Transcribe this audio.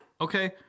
okay